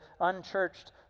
unchurched